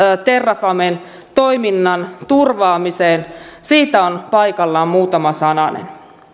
terrafamen toiminnan turvaamiseen siitä on paikallaan muutama sananen